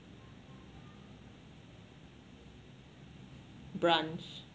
brunch